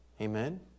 Amen